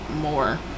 more